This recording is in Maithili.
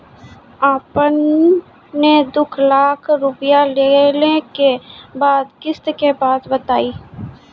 आपन ने दू लाख रुपिया लेने के बाद किस्त के बात बतायी?